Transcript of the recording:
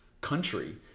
country